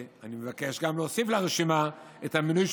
אני מבקש גם להוסיף לרשימה את המינוי של